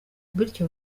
bityo